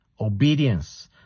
Obedience